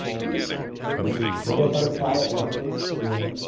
recently? yeah, live up on a quiet mountain, you know?